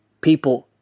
people